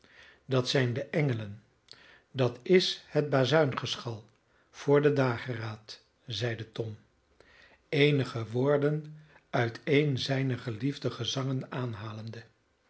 dat zijn de engelen dat is het bazuingeschal voor den dageraad zeide tom eenige woorden uit een zijner geliefde gezangen aanhalende